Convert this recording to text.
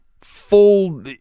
full